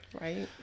Right